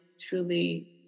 truly